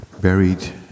buried